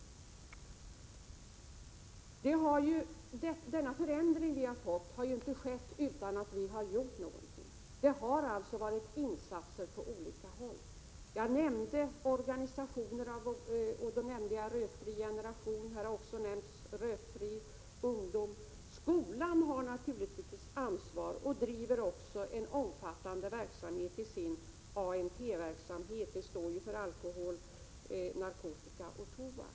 Den förändring som ägt rum har inte skett utan att vi har gjort någonting. Det har alltså gjorts insatser på olika håll. Jag nämnde organisationerna och däribland En rökfri generation. Här har också nämnts Rökfri ungdom. Skolan har naturligtvis ett ansvar och uträttar också ett omfattande arbete i sin ANT-verksamhet. ANT står för alkohol, narkotika och tobak.